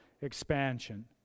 expansion